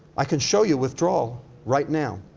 i can show you withdrawal right now.